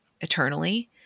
eternally